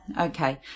Okay